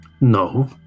No